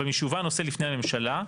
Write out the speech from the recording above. אבל משהובא הנושא לפני הממשלה,